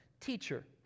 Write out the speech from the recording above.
teacher